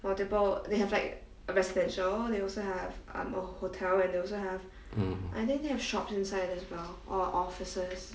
mm